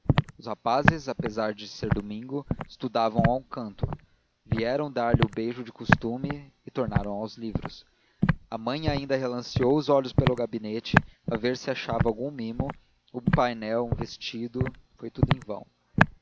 os rapazes apesar de ser domingo estudavam a um canto vieram dar-lhe o beijo do costume e tornaram aos livros a mãe ainda relanceou os olhos pelo gabinete a ver se achava algum mimo um painel um vestido foi tudo vão